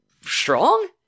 strong